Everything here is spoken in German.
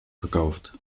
verkauft